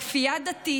לכפייה דתית,